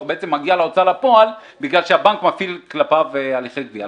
בעצם מגיע להוצאה לפועל כי הבנק מפעיל כלפיו הליכי גבייה.